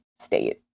state